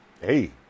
hey